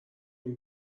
این